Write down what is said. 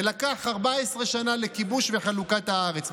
ונדרשו 14 שנה לכיבוש ולחלוקת הארץ.